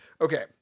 Okay